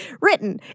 written